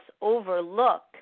overlook